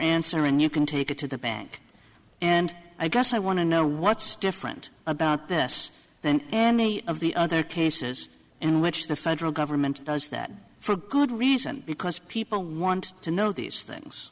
answer and you can take it to the bank and i guess i want to know what's different about this than any of the other cases in which the federal government does that for good reason because people want to know these things